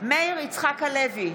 מאיר יצחק הלוי,